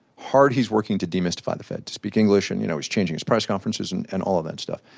hard he's working to demystify the fed, to speak english, and you know he's changing his press conferences and and all of that stuff.